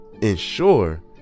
ensure